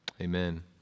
Amen